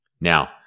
now